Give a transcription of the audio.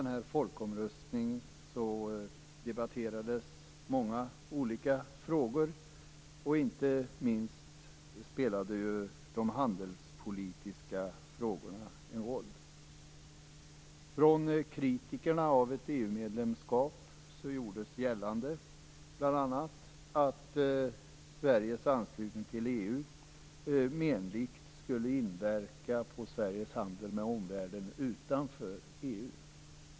Inför folkomröstningen debatterades många olika frågor, och inte minst spelade de handelspolitiska frågorna en roll. Från kritikerna av ett EU-medlemskap gjordes bl.a. gällande att Sveriges anslutning till EU menligt skulle inverka på Sveriges handel med omvärlden utanför EU.